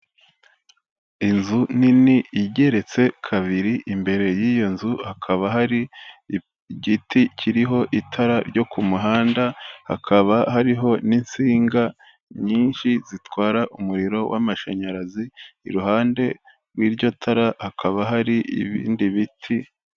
Inzu nini igeretse kabiri imbere y'iyo nzu hakaba hari igiti kiriho itara ryo ku muhanda, hakaba hariho n'insinga nyinshi zitwara umuriro w'amashanyarazi, iruhande rw'iryo tara hakaba hari ibindi biti.